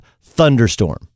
thunderstorm